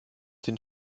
den